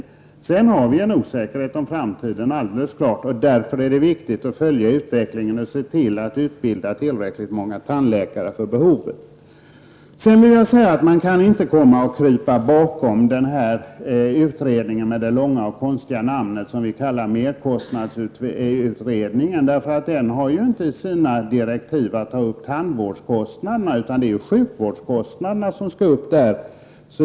Däremot är det osäkert hur det blir i framtiden, och därför måste vi följa utvecklingen och se till att vi utbildar tillräckligt många tandläkare för att kunna tillgodose det framtida behovet. Jag tycker inte heller att man kan krypa bakom den här utredningen med det långa och konstiga namnet, den som vi kallar merkostnadsutredningen. Den skall enligt direktiven inte ta upp frågan om tandvårdskostnaderna, utan den har att behandla frågan om sjukvårdskostnaderna.